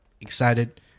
Excited